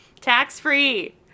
Tax-free